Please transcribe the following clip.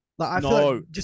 No